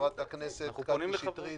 לחברת הכנסת שטרית.